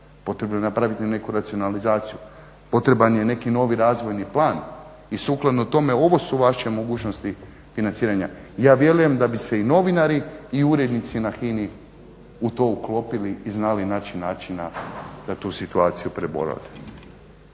potrebno je napraviti neku racionalizaciju, potreban je neki novi razvojni plan i sukladno tome ovo su vaše mogućnosti financiranja. Ja vjerujem da bi se i novinari i urednici na HINI u to uklopili i znali naći načina da tu situaciju prebolave.